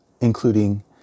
including